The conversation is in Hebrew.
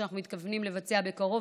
אנחנו מתכוונים לבצע בקרוב,